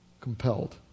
compelled